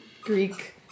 Greek